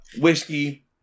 whiskey